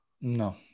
No